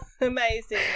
Amazing